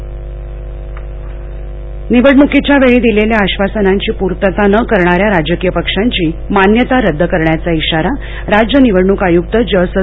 voice कास्टनिवडणूक निवडणुकीवेळी दिलेल्या आश्वासनांची पूर्तता न करणाऱ्या राजकीय पक्षांची मान्यता रद्द करण्याचा इशारा राज्य निवडणूक आयुक्त जसह